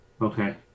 Okay